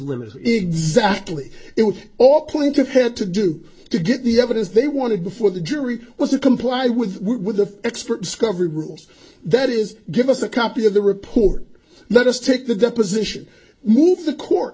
exactly it was all clinton had to do to get the evidence they wanted before the jury was a comply with with the expert discovery rules that is give us a copy of the report let us take the deposition move the court